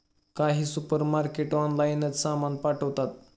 काही सुपरमार्केट ऑनलाइनच सामान पाठवतात